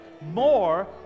more